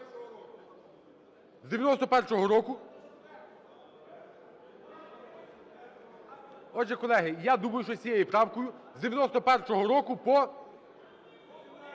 З 91-го року. Отже, колеги, я думаю, що з цією правкою з 91-го року по…?